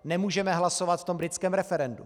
Nemůžeme hlasovat v tom britském referendu.